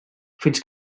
fins